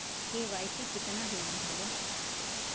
KYC कितना दिन में होले?